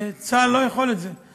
צה"ל לא יכול לעשות את זה.